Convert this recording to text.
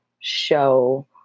show